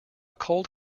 cold